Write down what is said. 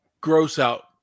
gross-out